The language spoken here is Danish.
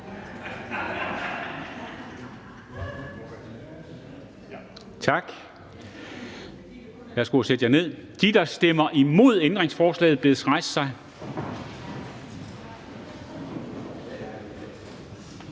Tak. Værsgo at sætte jer ned. De, der stemmer imod ændringsforslaget, bedes rejse sig.